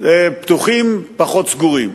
פתוחים פחות סגורים,